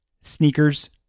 sneakers